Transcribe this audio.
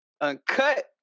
Uncut